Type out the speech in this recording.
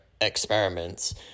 experiments